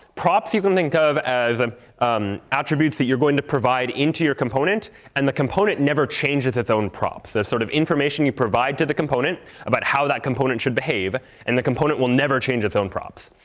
props you can think of as um um attributes that you're going to provide into your component. and the component never changes its own props. they're sort of information you provide to the component about how that component should behave. and the component will never change its own props.